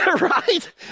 right